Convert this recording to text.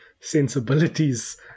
sensibilities